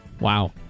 Wow